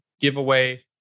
giveaway